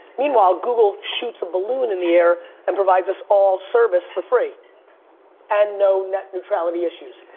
meanwhile, google shoots a balloon in the air and provides us all service for free and no net neutrality issues.